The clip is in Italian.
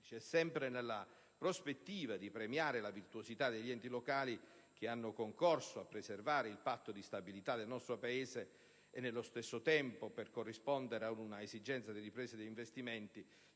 sempre nella prospettiva di premiare la virtuosità degli enti locali, che hanno concorso a preservare il Patto di stabilità del nostro Paese e nello stesso tempo per corrispondere ad una esigenza di ripresa degli investimenti,